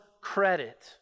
credit